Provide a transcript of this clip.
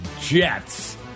Jets